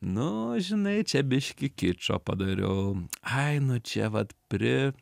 nu žinai čia biški kičo padariau ai nu čia vat pri